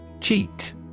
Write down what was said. Cheat